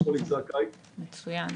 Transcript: שמוליק זכאי,